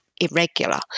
irregular